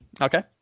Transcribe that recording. Okay